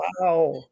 Wow